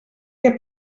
què